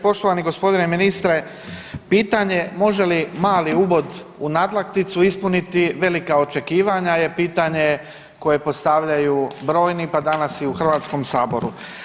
Poštovani gospodine ministre, pitanje može li mali ubod u nadlakticu ispuniti velika očekivanja je pitanje je koje postavljaju brojni pa danas i u Hrvatskom saboru.